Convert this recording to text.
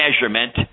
measurement